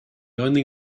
only